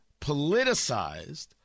politicized